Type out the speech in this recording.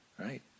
right